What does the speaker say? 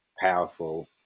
powerful